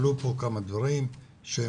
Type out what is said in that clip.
עלו פה כמה דברים שהם